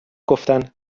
گفتن